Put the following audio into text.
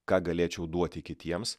ką galėčiau duoti kitiems